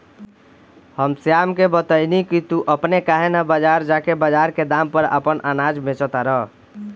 हम श्याम के बतएनी की तू अपने काहे ना बजार जा के बजार के दाम पर आपन अनाज बेच तारा